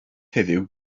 heddiw